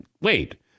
wait